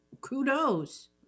kudos